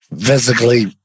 Physically